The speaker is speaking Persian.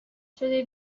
شده